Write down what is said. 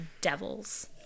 devils